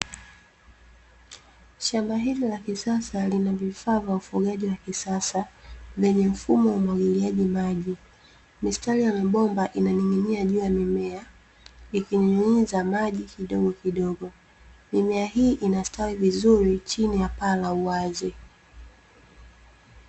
Shamba hili la kisasa lina vifaa vya ufugaji wa kisasa, vyenye mfumo wa umwagiliaji maji, misitari ya mabomba inaning'inia juu ya mimea ikinyunyiza maji kidumu kidogo, mimea hii inastawi vizuri chini ya paa la uwazi.